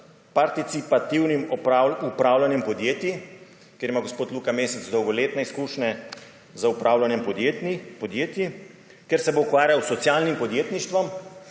participativnim upravljanjem podjetij, ker ima gospod Luka Mesec dolgoletne izkušnje z upravljanjem podjetij, kjer se bo ukvarjal s socialnim podjetništvom,